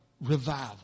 Revival